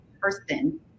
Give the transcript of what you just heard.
person